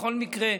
בכל מקרה,